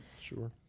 Sure